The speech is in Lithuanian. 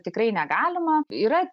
tikrai negalima yra